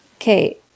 okay